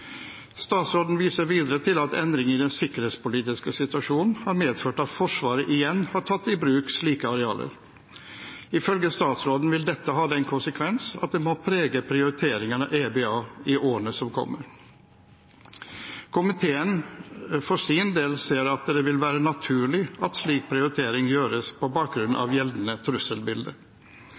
Statsråden viser videre til at endring i den sikkerhetspolitiske situasjonen har medført at Forsvaret igjen har tatt i bruk slike arealer. Ifølge statsråden vil dette ha den konsekvens at det må prege prioriteringen av EBA i årene som kommer. Komiteen for sin del ser at det vil være naturlig at slik prioritering gjøres på bakgrunn av gjeldende trusselbilde.